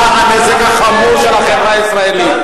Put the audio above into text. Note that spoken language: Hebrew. אתה הנזק החמור של החברה הישראלית.